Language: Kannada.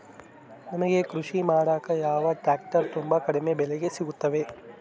ನಮಗೆ ಕೃಷಿ ಮಾಡಾಕ ಯಾವ ಟ್ರ್ಯಾಕ್ಟರ್ ತುಂಬಾ ಕಡಿಮೆ ಬೆಲೆಗೆ ಸಿಗುತ್ತವೆ?